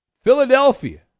Philadelphia